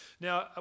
Now